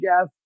Jeff